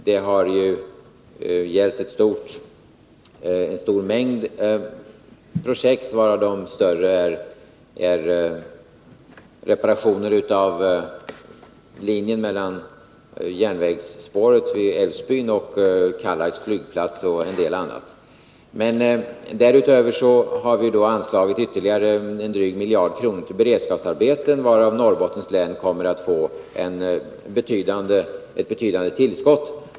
Det är en mängd projekt, varav ett av de större är reparationer av järnvägslinjen vid Älvsbyn och upprustning av Kallax flygplats. Därutöver har vi anslagit ytterligare en dryg miljard kronor till beredskapsarbeten, varigenom Norrbottens län kommer att få ett betydande tillskott.